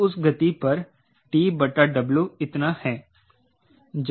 तो उस गति पर TW इतना है